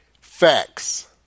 Facts